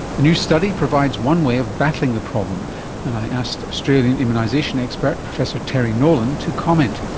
a new study provides one way of battling the problem and i asked australian immunisation expert professor terry nolan to comment.